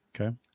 Okay